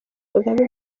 kagame